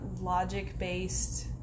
logic-based